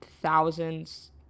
thousands